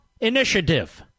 initiative